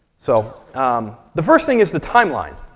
so um the first thing is the timeline.